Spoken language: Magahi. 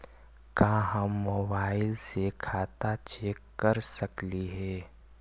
का हम मोबाईल से खाता चेक कर सकली हे?